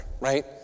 right